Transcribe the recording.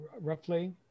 roughly